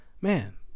man